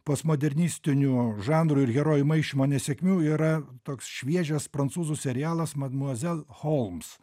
postmodernistinių žanrų ir herojų maišymo nesėkmių yra toks šviežias prancūzų serialas madmuazel holms